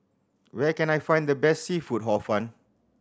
where can I find the best seafood Hor Fun